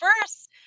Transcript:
first